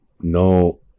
no